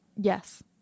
Yes